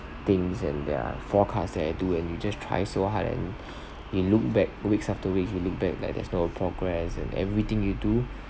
things and there are forecast that I do and you just try so hard and you look back weeks after weeks you look back like there's no progress and everything you do